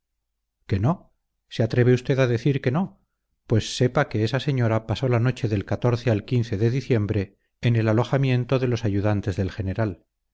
qué no se atreve usted a decir que no pues sepa que esa señora pasó la noche del al de diciembre en el alojamiento de los ayudantes del general